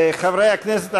חברי הכנסת,